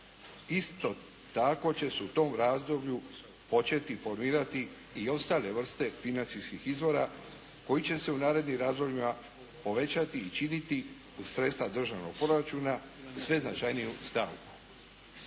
Isto tako će se u tom razdoblju početi formirati i ostale vrste financijskih izvora koji će se u narednim razdobljima povećati i činiti uz sredstva državnog proračuna sve značajniju stavku.